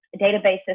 database